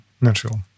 natural